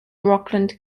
rockland